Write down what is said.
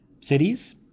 cities